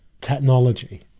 technology